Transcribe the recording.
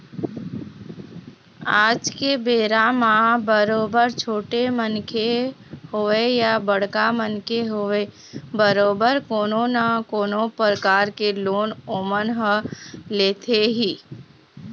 आज के बेरा म बरोबर छोटे मनखे होवय या बड़का मनखे होवय बरोबर कोनो न कोनो परकार के लोन ओमन ह लेथे ही